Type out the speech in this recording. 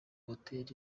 hotel